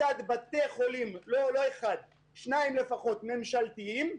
מצד בתי חולים שניים לפחות ממשלתיים,